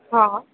हा